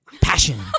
passion